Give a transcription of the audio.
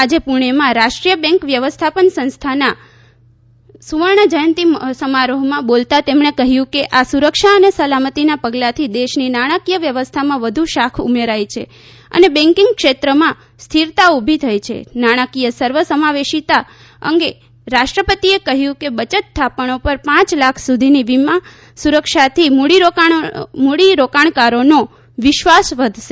આજે પૂણેમાં રાષ્ટ્રીયબેન્ક વ્યવસ્થાપન સંસ્થાનના સુવર્ણજયંતિ સમારોહમાં બોલતાં તેમણે કહ્યું કે આ સુરક્ષા અને સલામતિના પગલાંથી દેશની નાણાકીય વ્યવસ્થામાં વધુ શાખ ઉમેરાઇ છે અને બેન્કીંગ ક્ષેત્રમાં સ્થિરતા ઉભી થઇ છે નાણાકીય સર્વસમાવેશિતા અંગે રાષ્ટ્રપતિએ કહ્યું કે બચત થાપણી પર પાંચ લાખ સુધીની વીમી સુરક્ષાતી મૂડીરોકાણકારોનો વિશ્વાસ વધશે